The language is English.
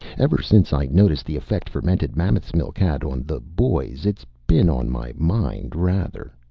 ever since i noticed the effect fermented mammoth's milk had on the boys, it's been on my mind, rather.